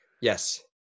Yes